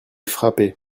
frappé